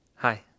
Hi